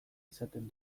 izaten